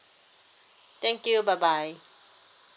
thank you bye bye